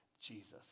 Jesus